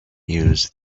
use